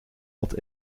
had